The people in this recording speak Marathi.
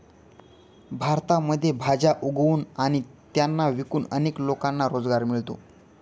भारतामध्ये भाज्या उगवून आणि त्यांना विकून अनेक लोकांना रोजगार मिळतो